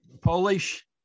Polish